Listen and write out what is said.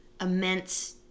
immense